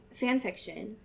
fanfiction